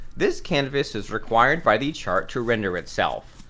this canvas is required by the chart to render itself.